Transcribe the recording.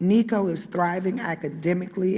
nico is thriving academically